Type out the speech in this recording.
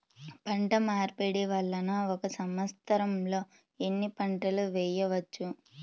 పంటమార్పిడి వలన ఒక్క సంవత్సరంలో ఎన్ని పంటలు వేయవచ్చు?